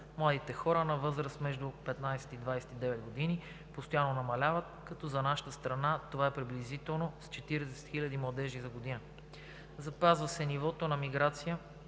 Младите хора на възраст между 15 – 29 години постоянно намаляват, като за нашата страна това е приблизително с 40 000 младежи за година. Запазва се нивото на миграцията